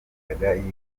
yagendaga